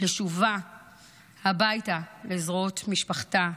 לשוב הביתה לזרועות משפחתה,